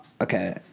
okay